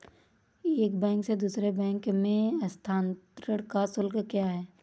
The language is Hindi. एक बैंक से दूसरे बैंक में स्थानांतरण का शुल्क क्या है?